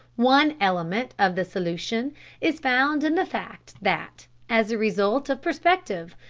one element of the solution is found in the fact that, as a result of perspective,